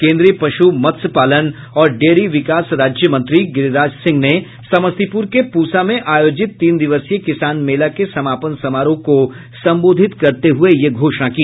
केन्द्रीय पशु मत्स्यपालन और डेयरी विकास राज्य मंत्री गिरिराज सिंह ने समस्तीपुर के पूसा में आयोजित तीन दिवसीय किसान मेला के समापन समारोह को संबोधित करते हुए यह घोषणा की